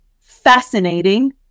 fascinating